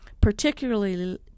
particularly